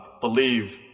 believe